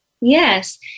Yes